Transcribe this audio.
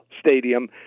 stadium